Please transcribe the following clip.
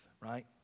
right